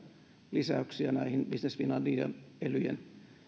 lisäyksiä näihin business finlandin ja elyjen